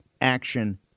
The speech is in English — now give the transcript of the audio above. action